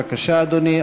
בבקשה, אדוני.